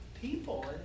people